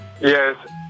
Yes